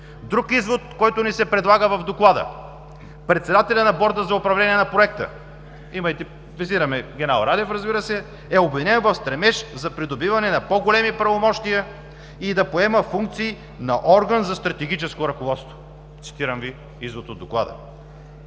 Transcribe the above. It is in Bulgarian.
Друг извод, който ни се предлага в Доклада: „Председателят на Борда за управление на Проекта“ – визираме генерал Радев, разбира се – „е обвинен в стремеж за придобиване на по-големи правомощия и да поема функции на орган за стратегическо ръководство.“ Цитирам Ви извод от Доклада.